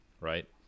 right